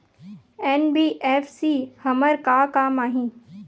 NBFC हमर का काम आही?